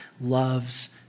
loves